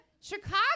Chicago